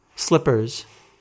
Slippers